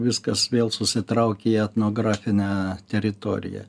viskas vėl susitraukė į etnografinę teritoriją